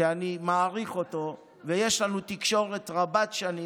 שאני מעריך אותו ויש לנו תקשורת רבת שנים.